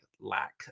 lack